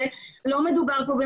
כבר היום יש בשטח, ואני רואה את